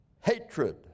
hatred